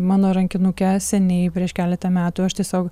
mano rankinuke seniai prieš keletą metų aš tiesiog